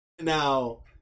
Now